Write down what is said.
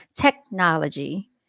technology